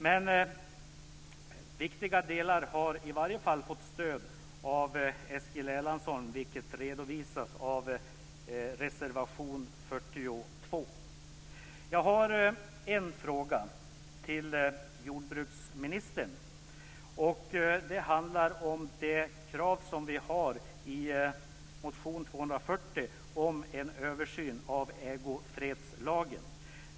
Men viktiga delar har i varje fall fått stöd av Eskil Erlandsson, vilket redovisas i reservation 42. Jag har en fråga till jordbruksministern. Det handlar om det krav som vi har i motion MJ240 om en översyn av ägofredslagen.